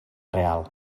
real